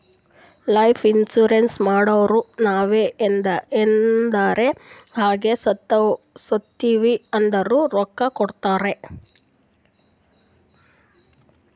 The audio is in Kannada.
ಲೈಫ್ ಇನ್ಸೂರೆನ್ಸ್ ಮಾಡುರ್ ನಾವ್ ಎನಾರೇ ಆಗಿ ಸತ್ತಿವ್ ಅಂದುರ್ ರೊಕ್ಕಾ ಕೊಡ್ತಾರ್